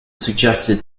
suggested